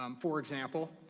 um for example,